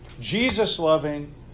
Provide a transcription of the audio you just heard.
Jesus-loving